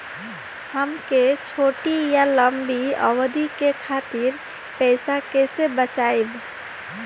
हमन के छोटी या लंबी अवधि के खातिर पैसा कैसे बचाइब?